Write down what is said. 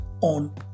on